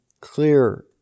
clear